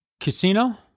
casino